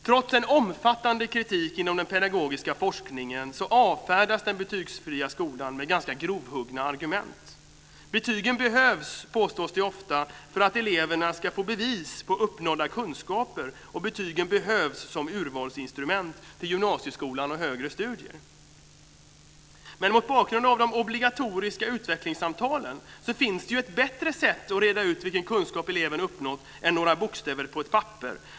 Trots en omfattande kritik inom den pedagogiska forskningen avfärdas den betygsfria skolan med ganska grovhuggna argument. Betygen behövs, påstås det ofta, för att eleverna ska få bevis på uppnådda kunskaper, och betygen behövs som urvalsinstrument till gymnasieskolan och högre studier. Men mot bakgrund av de obligatoriska utvecklingssamtalen finns det ju ett bättre sätt att reda ut vilken kunskap eleven uppnått än några bokstäver på ett papper.